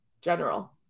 general